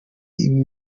nibindi